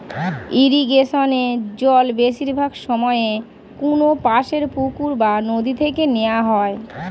ইরিগেশনে জল বেশিরভাগ সময়ে কোনপাশের পুকুর বা নদি থেকে নেওয়া হয়